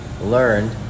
learned